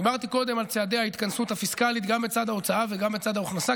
דיברתי קודם על צעדי ההתכנסות הפיסקלית גם בצד ההוצאה וגם מצד ההכנסה,